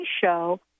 show